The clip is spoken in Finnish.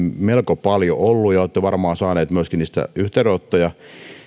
melko paljon ollut ja olette varmaan myöskin saanut niistä yhteydenottoja